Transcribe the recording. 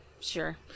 Sure